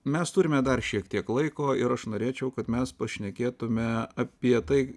mes turime dar šiek tiek laiko ir aš norėčiau kad mes pašnekėtume apie tai